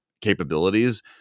capabilities